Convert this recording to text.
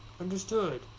Understood